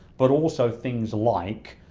but also things like,